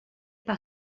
par